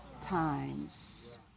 times